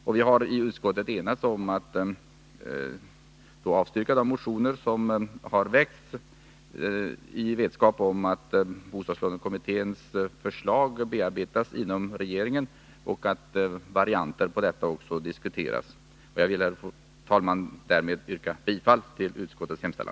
Och vi har i utskottet enats om att avstyrka de motioner som väckts, i vetskap om att bostadslånekommitténs förslag bearbetas inom regeringen och att varianter på det också diskuteras. Jag vill, herr talman, därmed yrka bifall till utskottets hemställan.